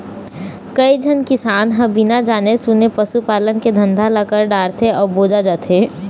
कइझन किसान ह बिना जाने सूने पसू पालन के धंधा ल कर डारथे अउ बोजा जाथे